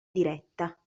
diretta